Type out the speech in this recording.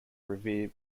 revere